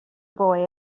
boy